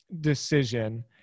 decision